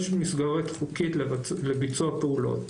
יש מסגרת חוקית לביצוע פעולות.